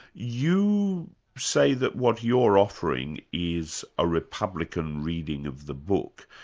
you say that what you're offering is a republican reading of the book.